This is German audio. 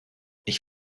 ich